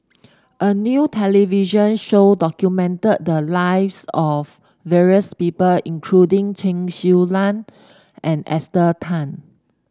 a new television show documented the lives of various people including Chen Su Lan and Esther Tan